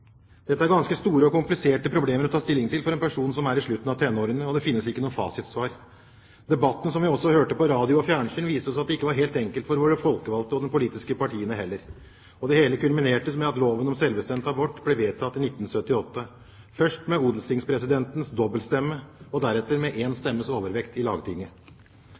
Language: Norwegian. Dette er ganske store og kompliserte problemer å ta stilling til for en person som er i slutten av tenårene, og det finnes ikke noe fasitsvar. Debattene vi hørte på radio og fjernsyn, viste oss at det ikke var helt enkelt for våre folkevalgte og de politiske partiene heller. Det hele kulminerte med at loven om selvbestemt abort ble vedtatt i 1978, først med odelstingspresidentens dobbeltstemme og deretter med én stemmes overvekt i Lagtinget.